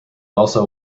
also